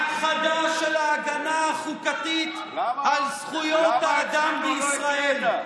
הכחדה של ההגנה החוקתית על זכויות האדם בישראל,